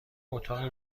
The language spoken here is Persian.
اتاقی